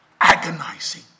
agonizing